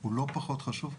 שהוא לא פחות חשוב,